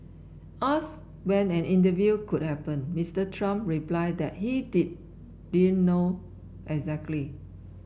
asked when an interview could happen Mister Trump replied that he didn't know exactly